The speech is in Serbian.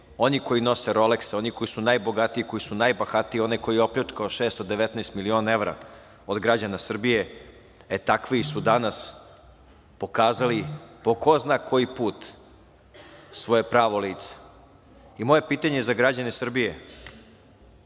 oni koji nose rolekse, oni koji su najbogatiji, koji su najbahatiji, onaj koji je opljačkao 619.000.000 evra od građana Srbije. Takvi su danas pokazali po ko zna koji put svoje pravo lice. Moje pitanje za građane Srbije,